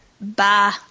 Bye